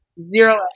Zero